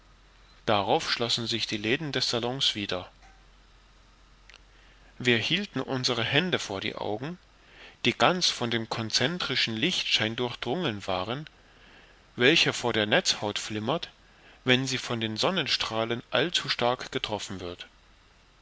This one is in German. darauf schlossen sich die läden des salons wieder wir hielten unsere hände vor die augen die ganz von dem concentrischen lichtschein durchdrungen waren welcher vor der netzhaut flimmert wenn sie von den sonnenstrahlen allzu stark getroffen wird